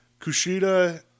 Kushida